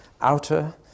outer